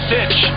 Fitch